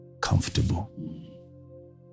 comfortable